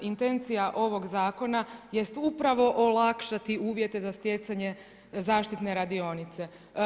Intencija ovoga zakona jest upravo olakšati uvjete za stjecanje zaštitne radionice.